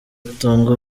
utanga